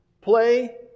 play